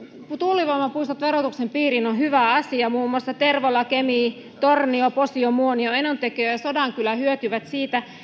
tuulivoimapuistot verotuksen piiriin on hyvä asia muun muassa tervola kemi tornio posio muonio enontekiö ja ja sodankylä hyötyvät siitä